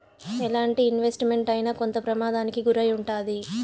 ఎలాంటి investment అయినా కొంత ప్రమాదానికి గురై ఉంటాది